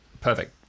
Perfect